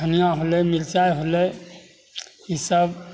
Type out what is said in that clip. धनियाँ होलै मिरचाइ होलै ई सभ